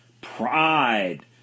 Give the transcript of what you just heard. pride